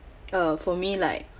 uh for me like